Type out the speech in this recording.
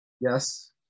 yes